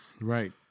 right